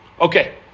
Okay